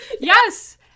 Yes